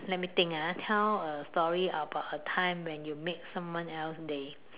let me think ah tell a story about a time when you make someone else day